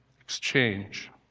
Exchange